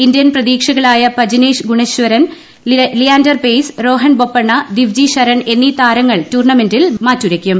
Indian പ്രതീക്ഷകളായ പജ്നേഷ് ഗുണേശ്വരൻ ലിയാണ്ടർ പെയ്സ് രോഹൻ ബൊപ്പണ്ണ ദിവ്ജി ശരൺ എന്നീ താരങ്ങൾ ടൂർണമെന്റിൽ മാറ്റുരയ്ക്കും